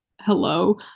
hello